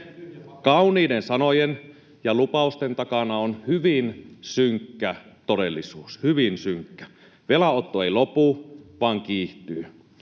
Kauniiden sanojen ja lupausten takana on hyvin synkkä todellisuus, hyvin synkkä. Velanotto ei lopu vaan kiihtyy.